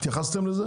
התייחסתם לזה?